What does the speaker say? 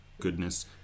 goodness